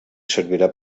servirà